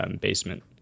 basement